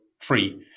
free